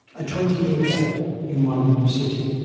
a twenty year gap in one city.